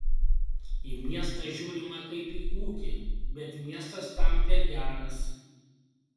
į miestą žiūrima kaip į ūkį bet miestas tam per geras